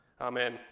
Amen